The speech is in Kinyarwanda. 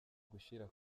gushira